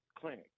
clinic